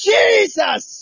Jesus